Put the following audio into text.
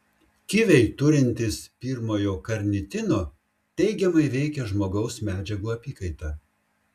kiviai turintys l karnitino teigiamai veikia žmogaus medžiagų apykaitą